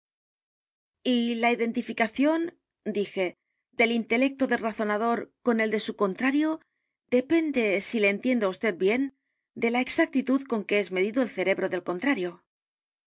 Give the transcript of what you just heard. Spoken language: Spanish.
y la identificación dije del intelecto del razonaclar con él d e su contrario depende si le entiendo á vd bien d é l a exactitud con que es medido el cerebro del contrario